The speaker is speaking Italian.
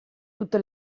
tutte